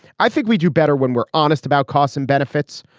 i think we do better when we're honest about costs and benefits.